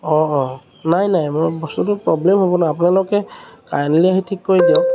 অঁ অঁ নাই নাই মোৰ বস্তুটো প্ৰব্লেম হ'ব ন আপোনালোকে কাইণ্ডলি আহি ঠিক কৰি দিয়ক